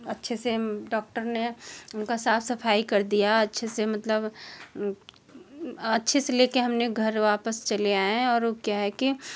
अच्छे से डॉक्टर ने उनका साफ़ सफाई कर दिया अच्छे से मतलब अच्छे से लेके हम उन्हें घर वापस चले आएँ और वो क्या है कि